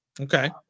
Okay